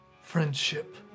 friendship